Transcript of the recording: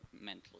mentally